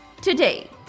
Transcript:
today